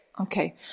Okay